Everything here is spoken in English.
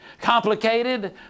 Complicated